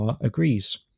agrees